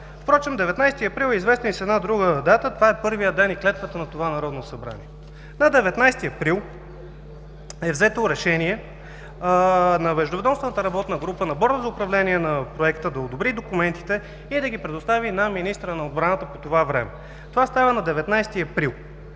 Впрочем 19 април е известен и като друга дата – това е първият ден и клетвата на това Народно събрание. На 19 април е взето решение на междуведомствената работна група, на Борда за управление на проекта да одобри документите и да ги предостави на министъра на отбраната по това време. Това става на 19 април.